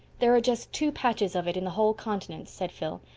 there are just two patches of it in the whole continent, said phil,